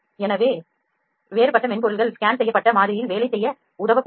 எனவே வேறுபட்ட மென்பொருள்கள் ஸ்கேன் செய்யப்பட்ட மாதிரியில் வேலை செய்ய உதவக்கூடும்